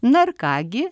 na ir ką gi